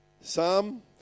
Psalm